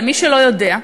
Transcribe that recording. למי שלא יודע,